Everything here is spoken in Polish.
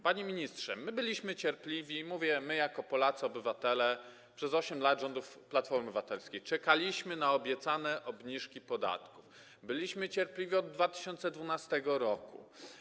Panie ministrze, my byliśmy cierpliwi - mówię: my jako Polacy, obywatele - przez 8 lat rządów Platformy Obywatelskiej czekaliśmy na obiecane obniżki podatków, byliśmy cierpliwi od 2012 r.